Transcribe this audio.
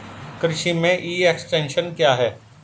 कृषि में e extension क्या है?